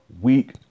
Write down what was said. week